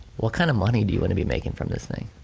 what kind of money do you want to be making from this thing?